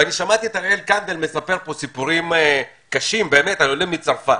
שמעתי את אריאל קנדל מספר סיפורים קשים עולי צרפת.